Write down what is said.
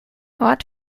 ort